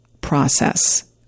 process